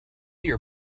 your